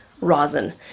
rosin